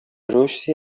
رشدی